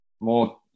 more